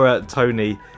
Tony